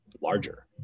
larger